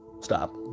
Stop